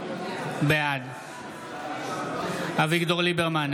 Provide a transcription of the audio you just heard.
בעד אביגדור ליברמן,